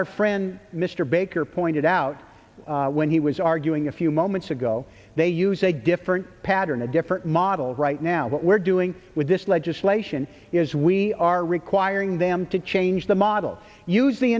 our friend mr baker pointed out when he was arguing a few moments ago they use a different pattern a different model right now what we're doing with this legislation is we are requiring them to change the model use the